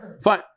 Fine